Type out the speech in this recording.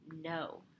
no